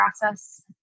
process